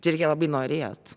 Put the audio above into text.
čia reikia labai norėt